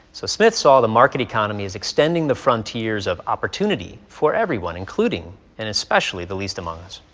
so smith saw the market economy as extending the frontiers of opportunity for everyone, including and especially the least among us.